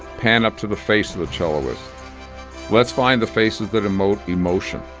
pan up to the face of the cello. let's find the faces that emote emotion.